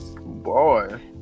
Boy